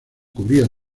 cubría